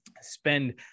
spend